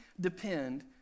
depend